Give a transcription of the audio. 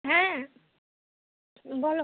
হ্যাঁ বলো